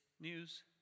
news